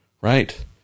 right